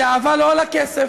שאהבה לא עולה כסף.